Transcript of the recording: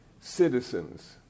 citizens